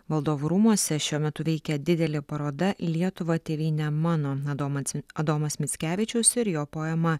valdovų rūmuose šiuo metu veikia didelė paroda lietuva tėvyne mano adomac adomas mickevičius ir jo poema